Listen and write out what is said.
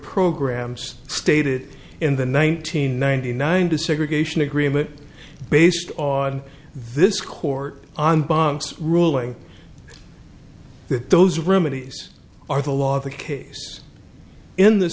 programs stated in the nineteen ninety nine desegregation agreement based on this court on bonks ruling that those remedies are the law of the case in th